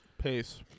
pace